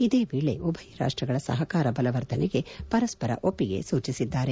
ಇದೇ ವೇಳೆ ಉಭಯ ರಾಷ್ಟಗಳ ಸಹಕಾರ ಬಲವರ್ಧನೆಗೆ ಪರಸ್ವರ ಒಪ್ಪಿಗೆ ಸೂಚಿಸಿದ್ದಾರೆ